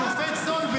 בושה ככה לדבר.